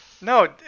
No